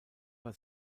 bei